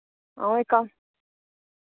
हां एह्का